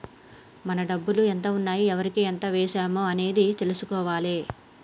మన డబ్బులు ఎంత ఉన్నాయి ఎవరికి ఎంత వేశాము అనేది తెలుసుకోవాలే